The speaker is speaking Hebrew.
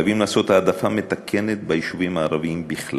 חייבים לעשות העדפה מתקנת ביישובים הערביים בכלל,